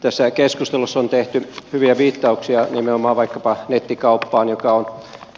tässä keskustelussa on tehty hyviä viittauksia nimenomaan vaikkapa nettikauppaan joka on